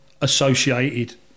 associated